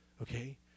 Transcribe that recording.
Okay